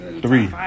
three